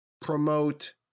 promote